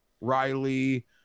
Riley